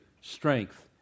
strength